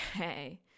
okay